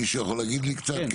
מישהו יכול להגיד לי קצת?